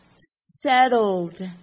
settled